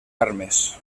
armes